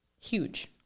Huge